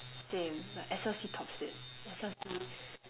same like S_L_C tops it S_L_C